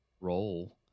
role